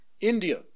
India